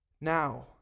now